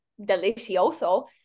Delicioso